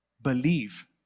Believe